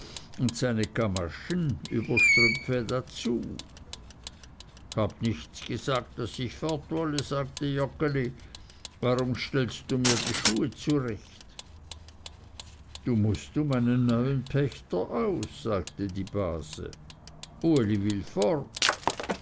und seine kamaschen dazu habe nichts gesagt daß ich fort wolle sagte joggeli warum stellst mir die schuhe zu recht du mußt um einen neuen pächter aus sagte die base uli will fort